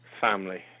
Family